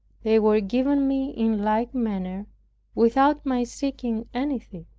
they were given me in like manner without my seeking anything.